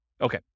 okay